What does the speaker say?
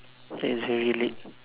that's very late